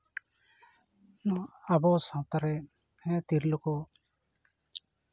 ᱟᱵᱚ ᱥᱟᱶᱛᱟ ᱨᱮ ᱦᱮᱸ ᱛᱤᱨᱞᱟᱹ ᱠᱚ